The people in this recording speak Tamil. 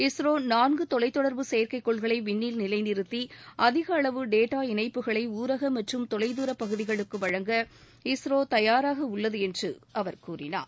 இஸ்ரோ நான்கு தொலைதொடர்பு செயற்கை கோள்களை விண்ணில் நிலைநிறுத்தி அதிக அளவு டேட்டா இணைப்புகளை ஊரக மற்றும் தொலைதூர பகுதிகளுக்கு வழங்க இஸ்ரோ தயாராக உள்ளது என்று கூறினார்